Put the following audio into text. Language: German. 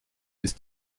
ist